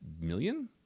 million